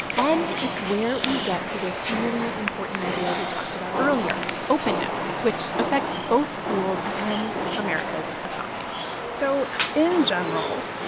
and it's where we get to this really important idea we talked about earlier openness, which affects both schools and america's economy so in general,